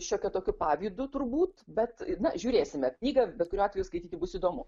šiokiu tokiu pavydu turbūt bet na žiūrėsime knygą bet kuriuo atveju skaityti bus įdomu